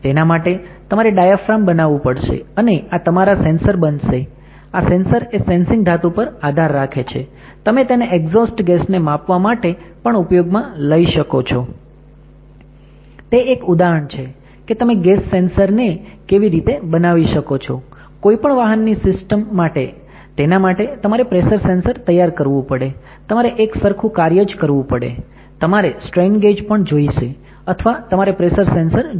તે એક ઉદાહરણ છે કે તમે ગેસ સેન્સરને કેવી રીતે બનાવી શકો છો કોઈ પણ વાહન ની સિસ્ટમ માટે તેના માટે તમારે પ્રેસર સેન્સર તૈયાર કરવું પડે તમારે એક સરખું કાર્ય જ કરવું પડે તમારે સ્ટ્રેનગેજ પણ જોઈશે અથવા તમારે પ્રેસર સેન્સર જોઈશે